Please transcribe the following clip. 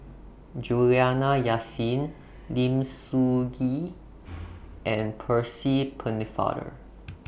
Juliana Yasin Lim Soo Ngee and Percy Pennefather